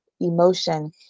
emotion